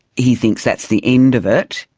he thinks that's the end of it.